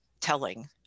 telling